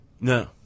No